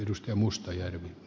arvoisa puhemies